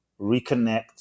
reconnect